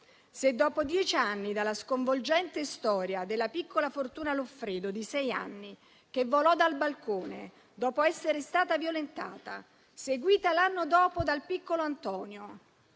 Se dopo dieci anni dalla sconvolgente storia della piccola Fortuna Loffredo, di sei anni, che volò dal balcone dopo essere stata violentata, seguita l'anno dopo dal piccolo Antonio,